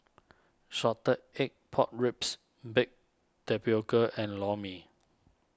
Salted Egg Pork Ribs Baked Tapioca and Lor Mee